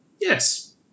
Yes